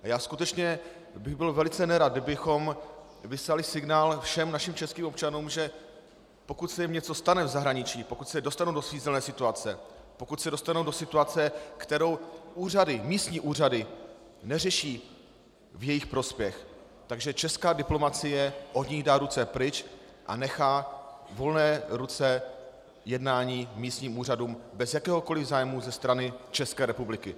A já skutečně bych byl velice nerad, kdybychom vyslali signál všem našim českým občanům, že pokud se jim něco stane v zahraničí, pokud se dostanou do svízelné situace, pokud se dostanou do situace, kterou místní úřady neřeší v jejich prospěch, tak že česká diplomacie od nich dá ruce pryč a nechá volné ruce jednání místních úřadů bez jakéhokoli zájmu ze strany České republiky.